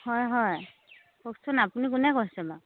হয় হয় কওকচোন আপুনি কোনে কৈছে বাাৰু